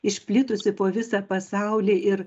išplitusi po visą pasaulį ir